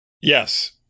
Yes